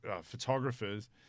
photographers